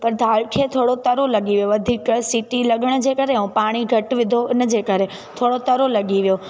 पर दाल खे थोरो तरो लॻी वियो वधीक सीटी लॻण जे करे ऐं पाणी घटि विधो इन जे करे थोरो तरो लॻी वियो